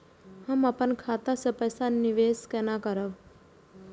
हम अपन खाता से पैसा निवेश केना करब?